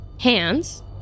Hands